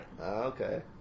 okay